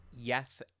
Yes